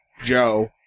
Joe